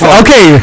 okay